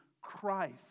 Christ